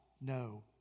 no